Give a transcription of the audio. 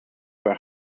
were